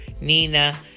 nina